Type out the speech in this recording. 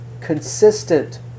consistent